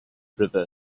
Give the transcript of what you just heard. river